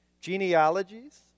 genealogies